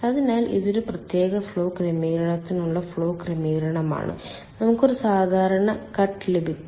അതിനാൽ ഇത് ഒരു പ്രത്യേക ഫ്ലോ ക്രമീകരണത്തിനുള്ള ഫ്ലോ ക്രമീകരണമാണ് നമുക്ക് ഒരു സാധാരണ കട്ട് ലഭിക്കും